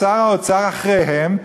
ושר האוצר אחריו,